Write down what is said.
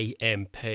AMP